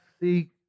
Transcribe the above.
seek